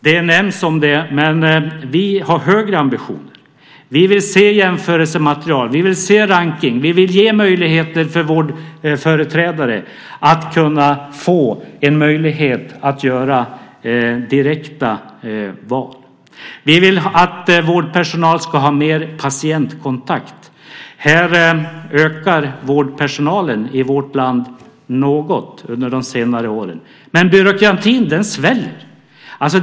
Det nämns om det, men vi har högre ambitioner. Vi vill se jämförelsematerial, vi vill se rankning, vi vill ge möjligheter för vårdföreträdare att göra direkta val. Vi vill att vårdpersonal ska ha mer patientkontakt. Nu har vårdpersonalen i vårt land ökat något under de senare åren, men byråkratin sväller.